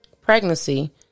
pregnancy